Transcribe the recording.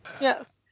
yes